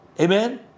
Amen